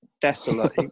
desolate